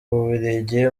bubiligi